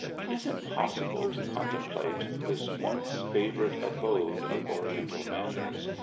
it is impossible to contemplate this once favourite abode of oriental manners,